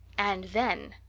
and then!